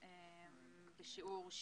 יצרנים